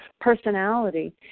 personality